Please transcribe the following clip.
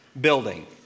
building